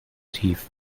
tief